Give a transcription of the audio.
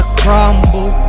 crumble